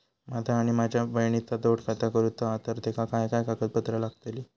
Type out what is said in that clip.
माझा आणि माझ्या बहिणीचा जोड खाता करूचा हा तर तेका काय काय कागदपत्र लागतली?